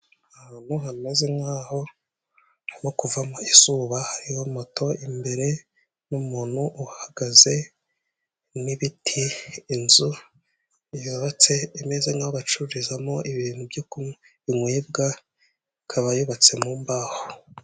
Ahantu hameze nk'aho hari kuvamo izuba, hariho moto imbere n'umuntu uhagaze n'ibiti, inzu yubatse imeze nk'aho bacururizamo ibintu byo kunywa, binyobwa, ikaba yubatse mu mbaho.